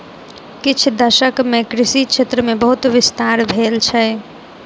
किछ दशक मे कृषि क्षेत्र मे बहुत विस्तार भेल छै